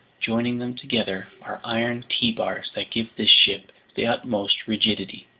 joining them together, are iron t-bars that give this ship the utmost rigidity.